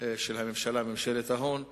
של הממשלה, ממשלת ההון,